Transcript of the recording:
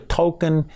token